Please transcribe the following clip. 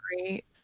great